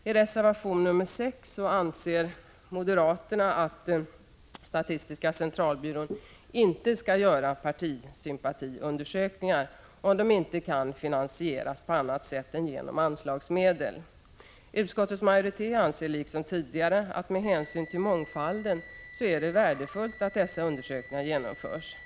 I reservation nr 6 anser moderaterna att SCB inte skall göra partisympatiundersökningar om de inte kan finansieras på annat sätt än genom anslagsmedel. Utskottets majoritet anser liksom tidigare att det med hänsyn till mångfalden är värdefullt att dessa undersökningar genomförs.